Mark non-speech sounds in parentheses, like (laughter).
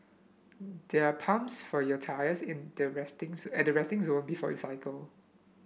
there are pumps for your tyres in the resting (unintelligible) at the resting zone before you cycle